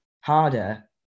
harder